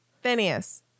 Phineas